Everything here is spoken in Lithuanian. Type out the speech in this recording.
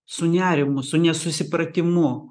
su nerimu su nesusipratimu